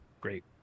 great